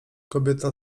kobieta